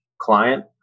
client